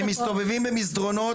הם מסתובבים במסדרונות,